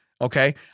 okay